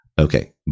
Okay